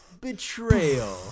betrayal